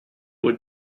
would